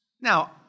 Now